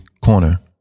Corner